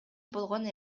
болгон